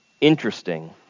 interesting